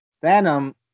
Phantom